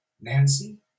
Nancy